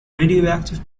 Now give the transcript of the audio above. radioactive